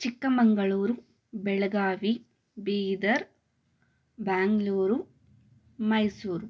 Chikkamagaluru Belagavi Bidar Bengaluru Mysuru